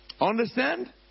Understand